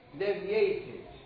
deviated